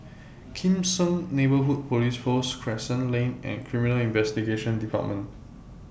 Kim Seng Neighbourhood Police Post Crescent Lane and Criminal Investigation department